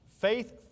Faith